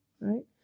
right